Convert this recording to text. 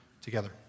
together